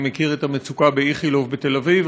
אני מכיר את המצוקה באיכילוב בתל-אביב,